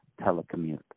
telecommute